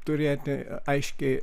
turėti aiškiai